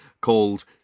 called